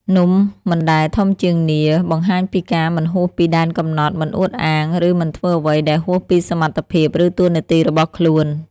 នំមិនដែលធំជាងនាឡិ បង្ហាញពីការមិនហួសពីដែនកំណត់ មិនអួតអាង ឬមិនធ្វើអ្វីដែលហួសពីសមត្ថភាព ឬតួនាទីរបស់ខ្លួន។